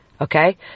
Okay